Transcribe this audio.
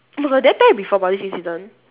oh my god did I tell you before about this incident